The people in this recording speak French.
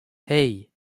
hey